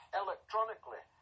electronically